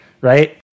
right